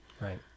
Right